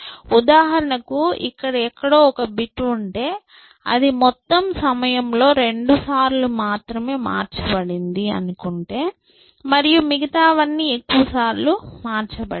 ఉదాహరణకు ఇక్కడ ఎక్కడో ఒక బిట్ ఉంటే అది మొత్తం సమయంలో రెండుసార్లు మాత్రమే మార్చబడింది అనుకుంటే మరియు మిగతావన్నీ ఎక్కువ సార్లు మార్చబడ్డాయి